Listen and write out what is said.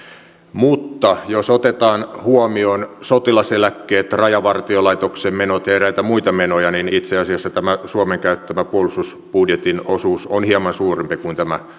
mutta jos otetaan huomioon sotilaseläkkeet rajavartiolaitoksen menot ja eräitä muita menoja niin itse asiassa tämä suomen käyttämän puolustusbudjetin osuus on hieman suurempi kuin tämä